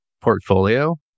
portfolio